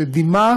שדימה